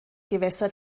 gewässer